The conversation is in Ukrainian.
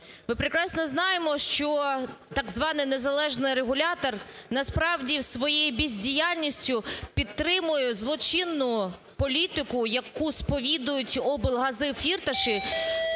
Ми прекрасно знаємо, що так званий незалежний регулятор насправді своєю бездіяльністю підтримує злочинну політику, яку сповідають облгази Фірташа